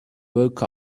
woke